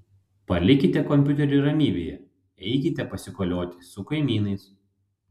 palikite kompiuterį ramybėje eikite pasikolioti su kaimynais